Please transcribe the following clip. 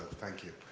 thank you.